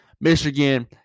Michigan